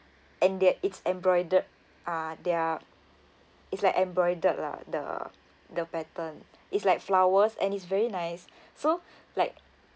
and their it's embroider~ uh their is like embroidered lah the the pattern is like flowers and is very nice so like